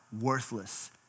worthless